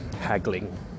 haggling